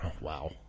Wow